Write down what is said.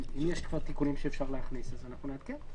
אם יש כבר תיקונים שאפשר להכניס, אז אנחנו נעדכן.